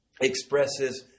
expresses